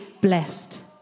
blessed